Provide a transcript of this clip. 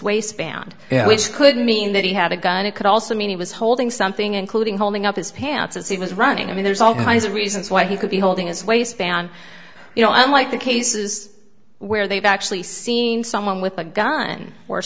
waistband which could mean that he had a gun it could also mean he was holding something including holding up his pants as he was running i mean there's all kinds of reasons why he could be holding his waistband you know unlike the cases where they've actually seen someone with a gun or